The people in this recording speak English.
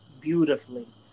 beautifully